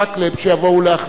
שיבוא להחליף אותי.